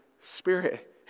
Spirit